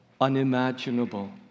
unimaginable